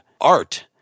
art